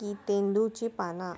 की तेंदुची पाना